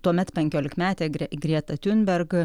tuomet penkiolikmetė gre grieta tiunberg